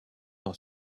dans